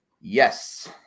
yes